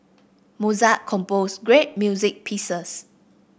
Mozart composed great music pieces